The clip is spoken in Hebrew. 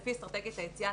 לפי אסטרטגיית היציאה,